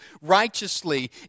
righteously